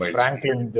Franklin